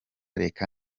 reka